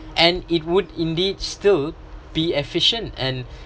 and it would indeed still be efficient and